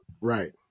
Right